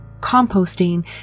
composting